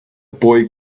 boy